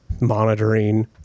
monitoring